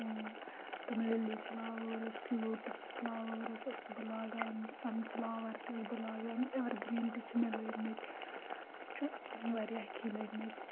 تِم لِلی flowers lotus flowers ٲسٕس بہٕ لاگان سَن فٕلاوَر تہِ ٲسٕس بہٕ لاگان اٮ۪وَر گرٛیٖن تہِ چھِ مےٚ لٲگمٕتۍ مےٚ چھُ واریاہ کیٚنٛہہ لٲگۍ مٕتۍ